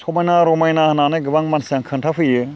समायना रमायना होननानै गोबां मानसियानो खिन्था फैयो